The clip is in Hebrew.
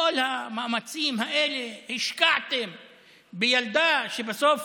את כל המאמצים האלה השקעתם בילדה, שבסוף